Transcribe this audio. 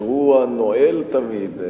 שהוא הנועל תמיד,